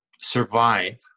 survive